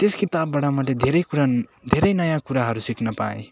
त्यस किताबबाट मैले धेरे कुरा धेरै नयाँ कुराहरू सिक्न पाएँ